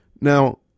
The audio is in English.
Now